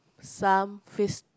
some face